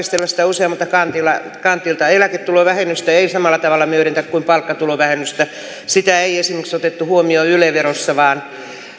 tarkistella sitä useammalta kantilta eläketulovähennystä ei samalla tavalla myönnetä kuin palkkatulovähennystä sitä ei esimerkiksi otettu huomioon yle verossa vaan